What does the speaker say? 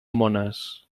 mones